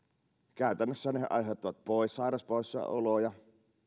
käytännössä ne ne aiheuttavat sairauspoissaoloja